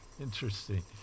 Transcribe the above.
Interesting